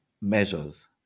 measures